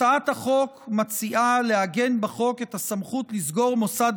הצעת החוק מציעה לעגן בחוק את הסמכות לסגור מוסד